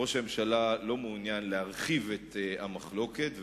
ראש הממשלה לא מעוניין להרחיב את המחלוקת,